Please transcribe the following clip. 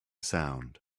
sound